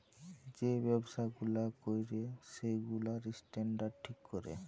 যে ব্যবসা গুলা ক্যরে সেগুলার স্ট্যান্ডার্ড ঠিক ক্যরে